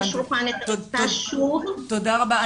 את השולחן --- תודה רבה.